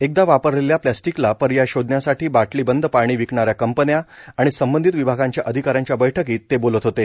एकदा वापरलेल्या प्लॅस्टीकला पर्याय शोधण्यासाठी बाटली बंद पाणी विकणाऱ्या कंपन्या आणि संबंधित विभागांच्या अधिकाऱ्यांच्या बैठकीत ते बोलत होते